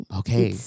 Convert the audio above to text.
okay